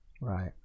Right